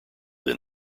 than